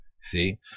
see